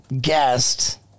guest